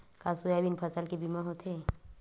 का सोयाबीन फसल के बीमा होथे?